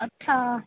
अच्छा